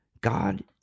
God